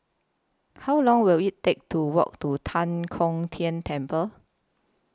How Long Will IT Take to Walk to Tan Kong Tian Temple